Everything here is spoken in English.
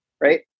right